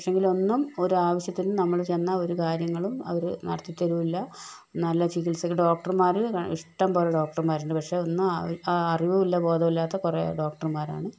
പക്ഷേ എങ്കിൽ ഒന്നും ഒരാവശ്യത്തിന് നമ്മള് ചെന്നാൽ ഒരു കാര്യങ്ങളും അവര് നടത്തി തരികയില്ല നല്ല ചികിത്സയ്ക്ക് ഡോക്ടർമാര് ഇഷ്ടം പോലെ ഡോക്ടർമാരുണ്ട് പക്ഷേ ഒന്നും ആ അറിവുമില്ല ബോധമില്ലാത്ത കുറെ ഡോക്ടർമാരാണ്